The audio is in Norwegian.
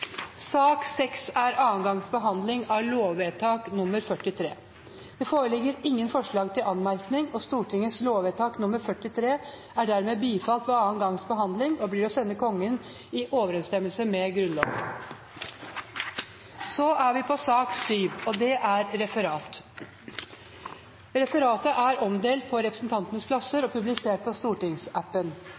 Sak nr. 6 er andre gangs behandling av lovvedtak nr. 43. Det foreligger ingen forslag til anmerkning, og Stortingets lovvedtak nr. 43 er dermed bifalt ved andre gangs behandling og blir å sende Kongen i overensstemmelse med Grunnloven. Nr. 135 foreslås sendt familie- og kulturkomiteen. Karin Andersen har bedt om ordet. Vi ber om at det forslaget også oversendes arbeids- og